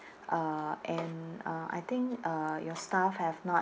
uh and uh I think uh your staff have not